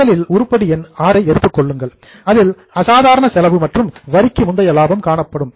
முதலில் உருப்படி எண் VI ஐ எடுத்துக்கொள்ளுங்கள் அதில் அசாதாரண செலவு மற்றும் வரிக்கு முந்தைய லாபம் காணப்படும்